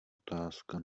otázka